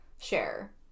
share